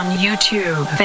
YouTube